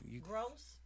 Gross